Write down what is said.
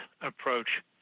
approach